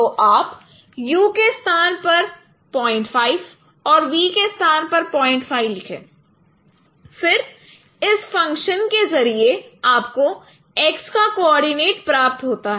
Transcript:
तो आप u के स्थान पर 05 और v के स्थान पर 05 लिखें फिर इस फंक्शन के जरिए आपको x का कोऑर्डिनेट प्राप्त होता है